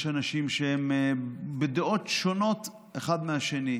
יש אנשים שהם בדעות שונות אחד מן השני,